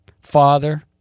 Father